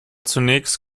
zunächst